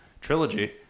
trilogy